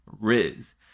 Riz